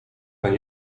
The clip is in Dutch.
kan